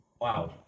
Wow